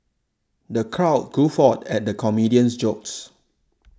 the crowd guffawed at the comedian's jokes